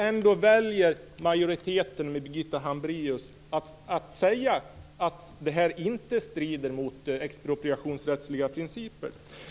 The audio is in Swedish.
Ändå väljer majoriteten med Birgitta Hambraeus att säga att det här inte strider mot expropriationsrättsliga principer.